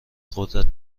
قدرت